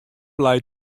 leit